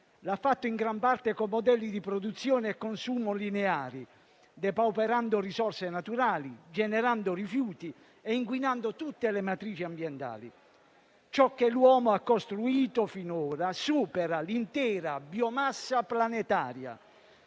l'ha fatto in gran parte con modelli di produzione e consumo lineari, depauperando risorse naturali, generando rifiuti e inquinando tutte le matrici ambientali. Ciò che l'uomo ha costruito finora supera l'intera biomassa planetaria.